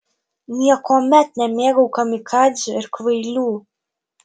niekuomet nemėgau kamikadzių ir kvailių